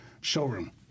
showroom